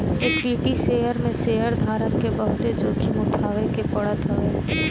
equity share में शेयरधारक के बहुते जोखिम उठावे के पड़त हवे